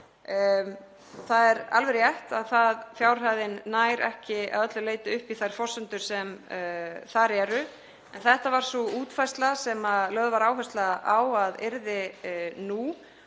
Það er alveg rétt að fjárhæðin nær ekki að öllu leyti upp í þær forsendur sem þar eru en þetta var sú útfærsla sem lögð var áhersla á að yrði nú.